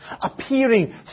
Appearing